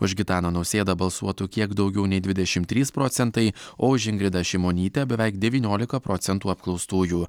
už gitaną nausėdą balsuotų kiek daugiau nei dvidešimt trys procentai o už ingridą šimonytę beveik devyniolika procentų apklaustųjų